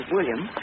William